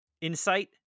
insight